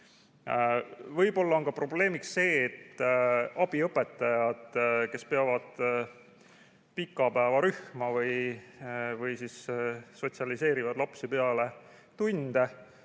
Võib-olla on probleemiks see, et abiõpetajad, kes on pikapäevarühmas või sotsialiseerivad lapsi peale tunde,